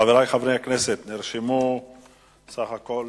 חברי חברי הכנסת, נרשמו בסך הכול,